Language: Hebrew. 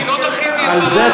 אני לא מחיתי על דבריו.